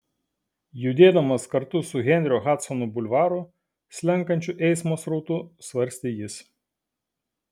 judėdamas kartu su henrio hadsono bulvaru slenkančiu eismo srautu svarstė jis